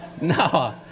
no